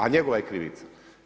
A njegova je krivica.